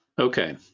Okay